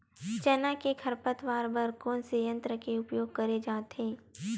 चना के खरपतवार बर कोन से यंत्र के उपयोग करे जाथे?